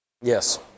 Yes